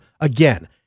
again